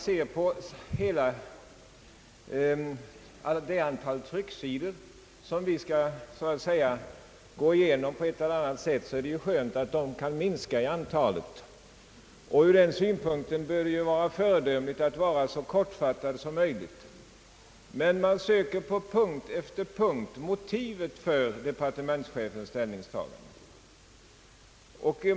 Med tanke på det antal trycksidor som vi riksdagsmän på ett eller annat sätt skall gå igenom är det självfallet skönt att antalet inte är så stort; och ur den synpunkten kan det ju vara föredömligt att en departementschef är så kortfattad som möjligt. I år söker man emellertid på punkt efter punkt efter motivet för departementschefens ställningstagande.